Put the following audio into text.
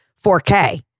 4K